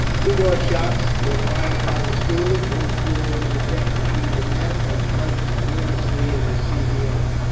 two more shots were fired by the schooners. one flew over the deck between the masts, and plunged harmlessly in the sea beyond.